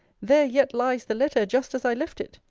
there yet lies the letter, just as i left it!